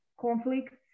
conflicts